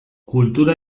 kultura